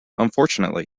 unfortunately